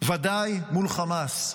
ובוודאי מול חמאס.